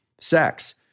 sex